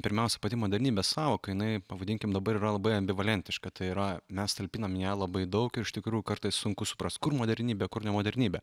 pirmiausia pati modernybės sąvoka jinai pavadinkim dabar yra labai ambivalentiška tai yra mes talpinam į ją labai daug ir iš tikrųjų kartais sunku suprast kur modernybė kur modernybė